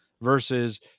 versus